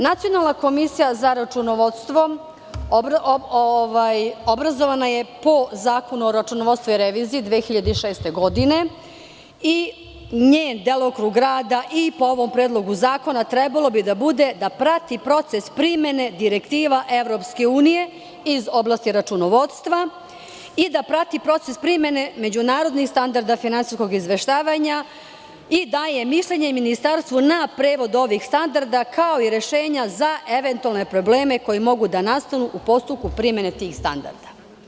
Naciona komisija za računovodstvo obrazovana je po Zakonu o računovodstvu i reviziji 2006. godine i njen delokrug rada i po ovom predlogu zakona trebalo bi da bude da prati proces primene direktiva EU iz oblasti računovodstva i da prati proces primene međunarodnih standarda finansijskog izveštavanja i daje mišljenje Ministarstvu na prevod ovih standarda, kao i rešenja za eventualne probleme koji mogu da nastanu u postupku primene tih standarda.